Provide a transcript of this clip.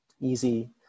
easy